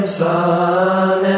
sun